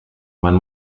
man